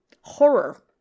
Horror